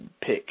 pick